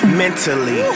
mentally